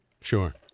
Sure